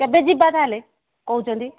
କେବେ ଯିବା ତା'ହେଲେ କହୁଛନ୍ତି